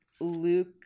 Luke